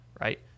right